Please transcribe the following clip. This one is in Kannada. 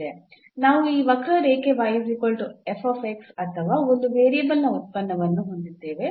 ನಾವು ಈ ವಕ್ರರೇಖೆ ಅಥವಾ ಒಂದು ವೇರಿಯೇಬಲ್ನ ಉತ್ಪನ್ನವನ್ನು ಹೊಂದಿದ್ದೇವೆ